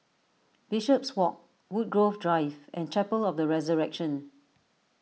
Bishopswalk Woodgrove Drive and Chapel of the Resurrection